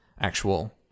actual